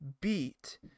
beat